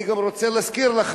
אני גם רוצה להזכיר לך,